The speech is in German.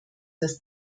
dass